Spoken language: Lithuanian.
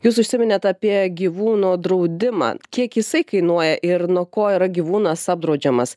jūs užsiminėt apie gyvūno draudimą kiek jisai kainuoja ir nuo ko yra gyvūnas apdraudžiamas